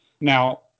Now